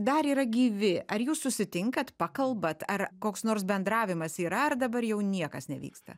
dar yra gyvi ar jūs susitinkat pakalbat ar koks nors bendravimas yra ar dabar jau niekas nevyksta